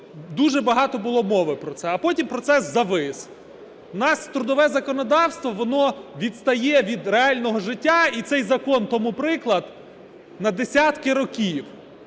дуже багато було мови про це, а потім процес завис. У нас трудове законодавство, воно відстає від реального життя, і цей закон тому приклад, на десятки років.